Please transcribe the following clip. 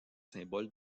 symboles